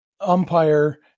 umpire